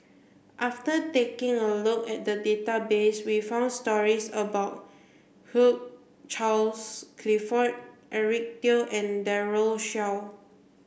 after taking a look at the database we found stories about Hugh Charles Clifford Eric Teo and Daren Shiau